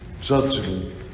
judgment